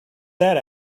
that